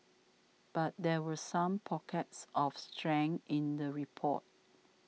but there were some pockets of strength in the report